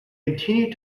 continued